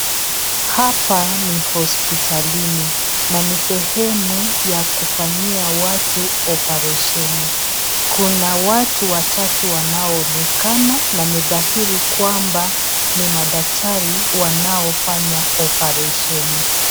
Hapa ni hospitalini, na ni sehemu ya kufanyia watu oparesheni. Kuna watu watatu wanaoonekana na ni dhairi kwamba ni madaktari wanaofanya oparesheni.